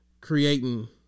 creating